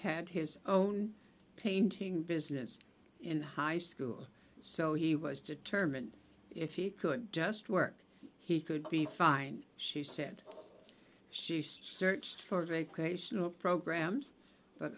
had his own painting business in high school so he was determined if he could just work he could be fine she said quote she searched for recreational programs but